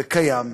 וקיים.